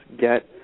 get